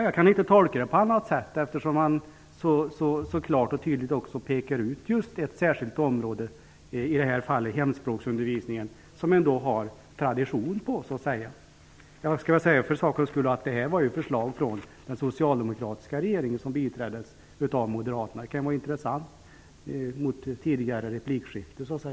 Jag kan inte tolka det på annat sätt, eftersom man så klart och tydligt pekar ut ett särskilt område, i det här fallet hemspråksundervisningen där vi ändå har haft en viss tradition. Jag skall säga för säkerhets skull att det var förslag från den socialdemokratiska regeringen som biträddes av Moderaterna. Det kan vara intressant med tanke på tidigare replikskiften här.